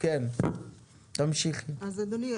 אדוני,